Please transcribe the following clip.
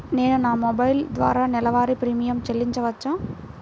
నేను నా మొబైల్ ద్వారా నెలవారీ ప్రీమియం చెల్లించవచ్చా?